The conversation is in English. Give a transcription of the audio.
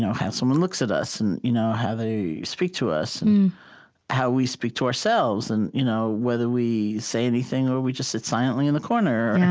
how someone looks at us and you know how they speak to us and how we speak to ourselves and you know whether we say anything or we just sit silently in the corner